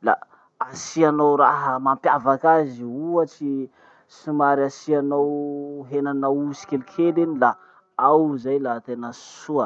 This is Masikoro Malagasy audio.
la asianao raha mampiavaky azy ohatsy somary asianao henan'aosy kelikely iny la ao zay la tena soa.